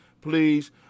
please